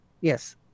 Yes